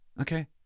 Okay